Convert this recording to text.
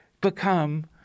become—